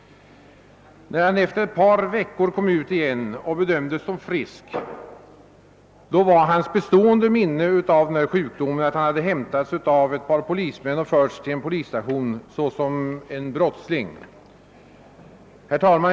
När han efter ett par veckor kom ut igen och bedömdes som frisk, var hans bestående minne av sjukdomen att han hämtats av ett par polismän och förts till polisstationen såsom en brottsling. Herr talman!